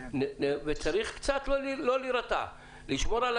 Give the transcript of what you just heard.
צריך לא להירתע ממשרד הבריאות,